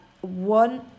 one